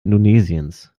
indonesiens